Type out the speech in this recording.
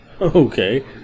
Okay